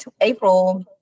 April